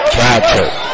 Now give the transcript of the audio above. Chapter